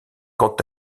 quant